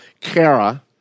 kara